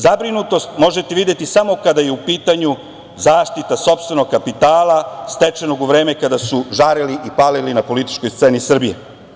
Zabrinutost možete videti samo kada je u pitanju zaštita sopstvenog kapitala stečenog u vreme kada su žarili i palili na političkoj sceni Srbije.